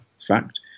fact